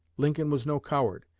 lincoln was no coward,